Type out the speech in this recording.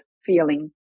feeling